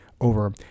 over